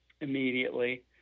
immediately